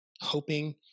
hoping